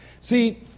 See